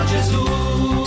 Jesus